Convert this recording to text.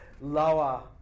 lower